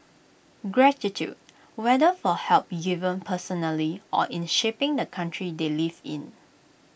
gratitude whether for help given personally or in shaping the country they live in